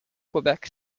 quebec